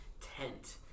tent